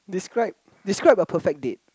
describe describe a perfect date